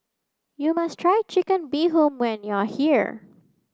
you must try chicken bee hoon when you are here